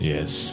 Yes